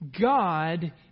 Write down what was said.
God